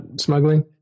smuggling